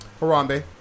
Harambe